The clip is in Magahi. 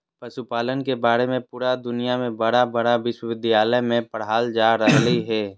पशुपालन के बारे में पुरा दुनया में बड़ा बड़ा विश्विद्यालय में पढ़ाल जा रहले हइ